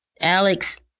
Alex